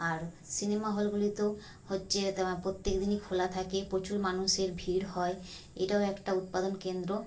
আর cinema হলগুলিতেও হচ্ছে প্রত্যেক দিনই খোলা থাকে প্রচুর মানুষের ভিড় হয় এটাও একটা উৎপাদন কেন্দ্র